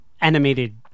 animated